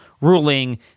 ruling